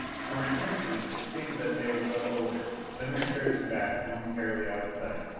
for an instant it seemed that they would go over then they surged back, momentarily out of sight.